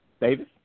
Davis